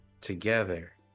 together